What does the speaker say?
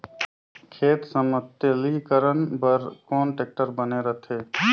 खेत समतलीकरण बर कौन टेक्टर बने रथे?